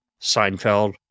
Seinfeld